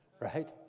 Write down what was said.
Right